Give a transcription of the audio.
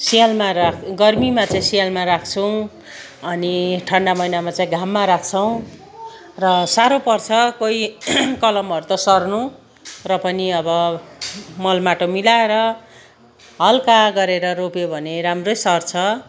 सियाँलमा राख गर्मीमा चाहिँ सियाँलमा राख्छौँ अनि ठन्डा महिनामा चाहिँ घाममा राख्छौँ र साह्रो पर्छ कोही कलमहरू त सर्नु र पनि अब मल माटो मिलाएर हलका गरेर रोप्यो भने राम्रै सर्छ